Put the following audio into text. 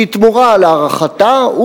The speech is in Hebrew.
כתמורה על הארכתה,